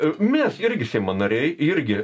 mes irgi seimo nariai irgi